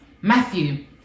Matthew